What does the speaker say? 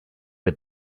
had